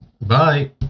Bye